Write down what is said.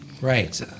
right